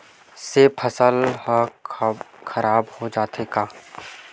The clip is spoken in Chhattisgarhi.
से फसल ह खराब हो जाथे का?